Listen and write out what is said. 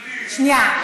גברתי,